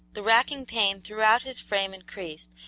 the racking pain throughout his frame increased,